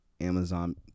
Amazon